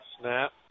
Snap